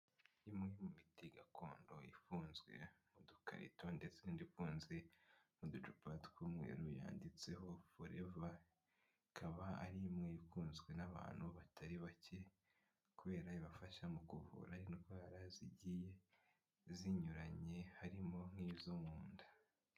Imwe mu miti gakondo ifunzwe udukarito ndetse n'indi ifunzwe n'uducupa tw'umweru yanditseho forever ikaba ari imwe ikunzwe n'abantu batari bake kubera ibafasha mu kuvura indwara zigiye zinyuranye harimo nk'izo mu nda.